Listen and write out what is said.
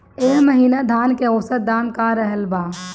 एह महीना धान के औसत दाम का रहल बा?